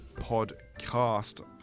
podcast